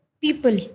people